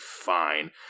fine